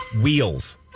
Wheels